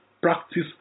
practice